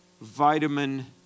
vitamin